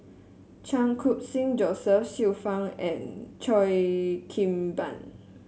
Chan Khun Sing Joseph Xiu Fang and Cheo Kim Ban